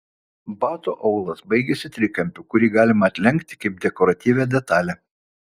bato aulas baigiasi trikampiu kurį galima atlenkti kaip dekoratyvią detalę